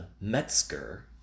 Metzger